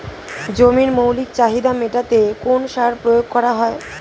জমির মৌলিক চাহিদা মেটাতে কোন সার প্রয়োগ করা হয়?